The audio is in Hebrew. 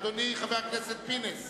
אדוני חבר הכנסת פינס,